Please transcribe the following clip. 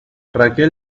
raquel